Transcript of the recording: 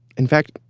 in fact,